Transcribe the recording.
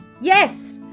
yes